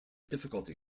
difficulty